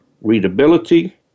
readability